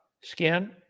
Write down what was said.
skin